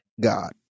God